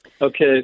Okay